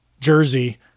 jersey